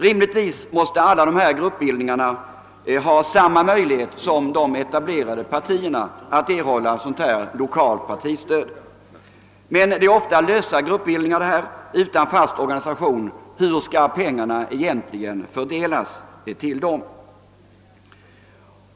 Rimligtvis måste alla dessa gruppbildningar ha samma möjlighet som de etablerade partierna att få lokalt partistöd. Men det är ofta lösa gruppbildningar utan fast organisation. Hur skulle pengarna egentligen fördelas till dem?